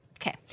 Okay